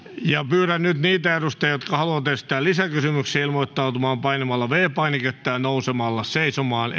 pyydän nyt niitä edustajia jotka haluavat esittää lisäkysymyksiä ilmoittautumaan painamalla viides painiketta ja nousemalla seisomaan